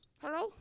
hello